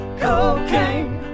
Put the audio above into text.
cocaine